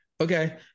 okay